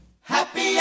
Happy